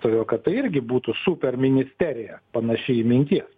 todėl kad tai irgi būtų superministerija panaši į minties